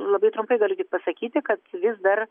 labai trumpai galiu tik pasakyti kad vis dar